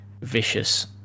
vicious